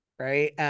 right